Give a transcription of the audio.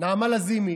נעמה לזימי